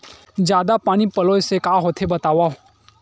जादा पानी पलोय से का होथे बतावव?